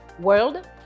world